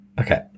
Okay